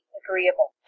agreeable